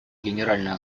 генеральной